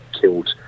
killed